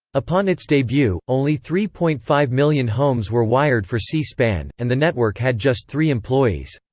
upon its debut, only three point five million homes were wired for c-span and the network had just three employees.